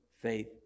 faith